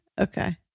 Okay